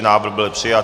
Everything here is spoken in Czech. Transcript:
Návrh byl přijat.